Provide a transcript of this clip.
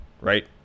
right